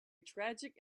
tragic